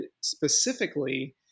specifically